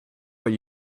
what